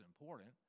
important